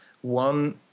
one